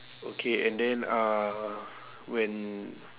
okay and then uh when